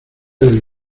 del